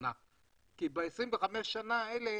שנים כי ב-25 השנים האלה